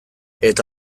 eta